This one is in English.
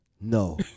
no